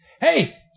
Hey